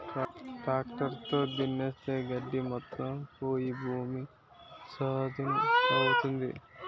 tractor తో దున్నిస్తే గడ్డి మొత్తం పోయి భూమి చదును అవుతుంది